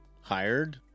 hired